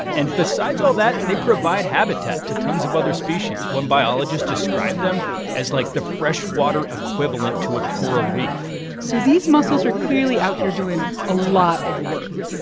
and besides all that, they provide habitat to tons of other species. one biologist described them as, like, the freshwater equivalent to a coral reef so these mussels are clearly out here doing a lot of work.